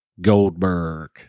Goldberg